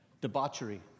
debauchery